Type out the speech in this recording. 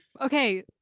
okay